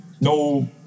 no